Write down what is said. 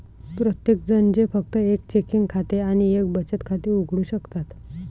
प्रत्येकजण जे फक्त एक चेकिंग खाते आणि एक बचत खाते उघडू शकतात